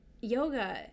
Yoga